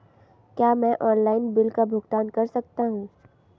क्या मैं online bill का भुगतान कर सकता हूँ?